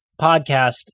podcast